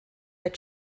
der